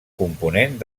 component